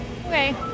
okay